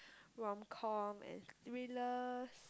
rom com and thrillers